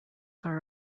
are